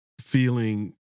feeling